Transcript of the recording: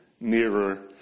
Nearer